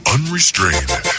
Unrestrained